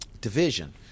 division